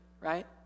right